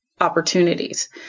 opportunities